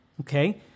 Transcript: okay